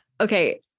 Okay